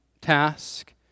task